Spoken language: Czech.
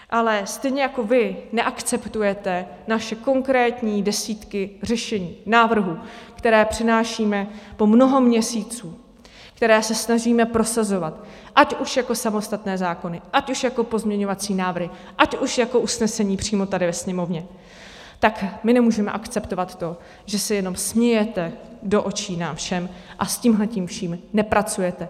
Ale stejně jako vy neakceptujete naše konkrétní desítky řešení, návrhů, které přinášíme po mnoho měsíců, které se snažíme prosazovat ať už jako samostatné zákony, ať už jako pozměňovací návrhy, ať už jako usnesení přímo tady ve Sněmovně, tak my nemůžeme akceptovat to, že se jenom smějete do očí nám všem a s tímhle vším nepracujete.